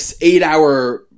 eight-hour